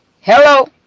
Hello